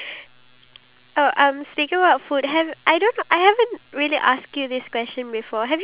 time to go out you have to see it as one more day because we can't see it as two more days because